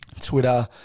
Twitter